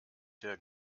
der